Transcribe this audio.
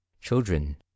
Children